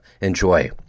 Enjoy